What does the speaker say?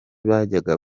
bajyaga